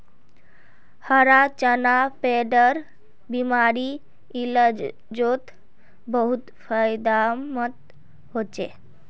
हरा चना पेटेर बिमारीर इलाजोत बहुत फायदामंद होचे